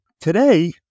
Today